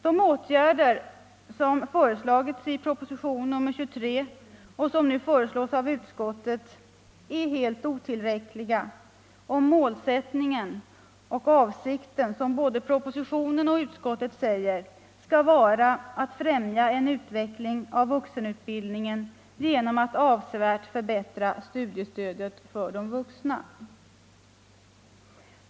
De åtgärder som föreslagits i propositionen 23 och som nu föreslås 37 av utskottet är helt otillräckliga om målsättningen och avsikten, som både propositionen och utskottet säger, skall vara att främja en utveckling av vuxenutbildningen genom att avsevärt förbättra studiestödet för de vuxna.